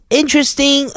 interesting